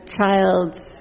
child's